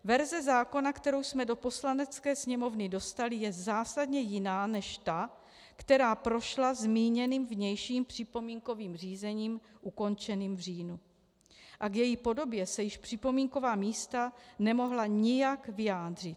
Verze zákona, kterou jsme do Poslanecké sněmovny dostali, je zásadně jiná než ta, která prošla zmíněným vnějším připomínkovým řízením ukončeným v říjnu, a k její podobě se již připomínková místa nemohla nijak vyjádřit.